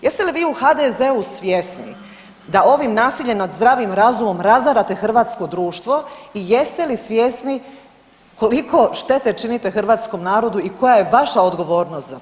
Jeste li vi u HDZ-u svjesni da ovim nasiljem nad zdravim razumom razarate hrvatsko društvo i jeste li svjesni koliko štete činite hrvatskom narodu i koja je vaša odgovornost za to.